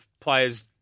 players